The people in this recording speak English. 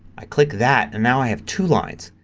i click that and now i have two lines.